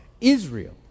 Israel